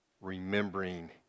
remembering